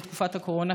תקופת הקורונה,